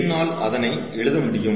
என்னால் அதனை எழுத முடியும்